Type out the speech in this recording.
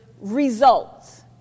results